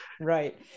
Right